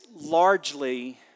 largely